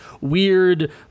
weird